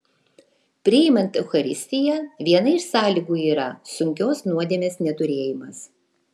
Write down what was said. priimant eucharistiją viena iš sąlygų yra sunkios nuodėmės neturėjimas